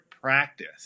practice